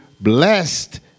blessed